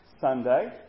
Sunday